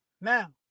Now